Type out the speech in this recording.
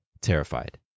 terrified